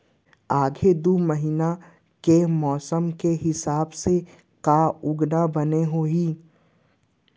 आगे दू महीना के मौसम के हिसाब से का उगाना बने होही?